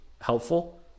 helpful